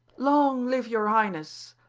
long live your highness!